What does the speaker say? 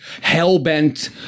hell-bent